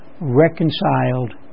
reconciled